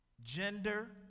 gender